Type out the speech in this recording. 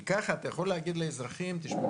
כי ככה אתה יכול להגיד לאזרחים: תשמעו,